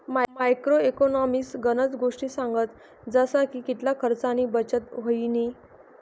macro economics गनज गोष्टी सांगस जसा की कितला खर्च आणि बचत व्हयनी